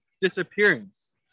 disappearance